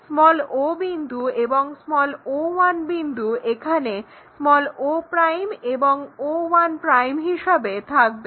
o বিন্দু এবং o1 বিন্দু এখানে o এবং o1 হিসাবে থাকবে